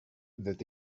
that